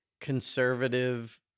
conservative